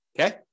okay